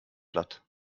platt